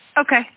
Okay